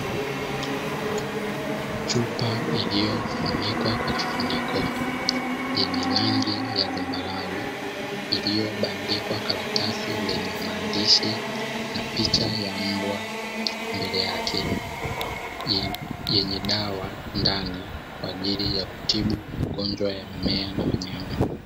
Chupa iliyofunikwa kwa kifuniko, yenye rangi ya zambarau, iliyobandikwa karatasi lenye maandishi na picha ya mbwa mbele yake, yenye dawa ndani kwa ajili ya kutibu magonjwa ya mimea na wanyama.